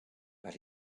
but